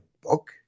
book